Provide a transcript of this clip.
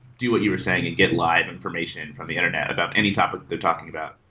do what you were saying and get live information from the internet about any topic they're talking about.